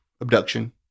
abduction